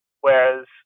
whereas